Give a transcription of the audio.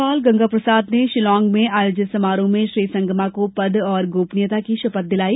राज्यपाल गंगा प्रसाद ने शिलांग में आयोजित समारोह में श्री संगमा को पद और गोपनीयता की शपथ दिलाई